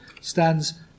stands